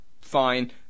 Fine